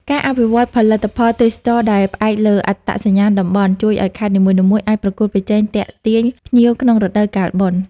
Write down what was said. ការអភិវឌ្ឍផលិតផលទេសចរណ៍ដែលផ្អែកលើអត្តសញ្ញាណតំបន់ ជួយឱ្យខេត្តនីមួយៗអាចប្រកួតប្រជែងទាក់ទាញភ្ញៀវក្នុងរដូវកាលបុណ្យ។